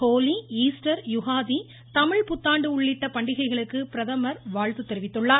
Holi Easter Ugadi Tamil புத்தாண்டு உள்ளிட்ட பண்டிகைகளுக்கு பிரதமர் வாழ்த்து தெரிவித்தார்